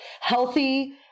healthy